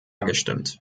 gestimmt